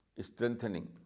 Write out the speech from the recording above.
strengthening